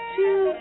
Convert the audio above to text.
Two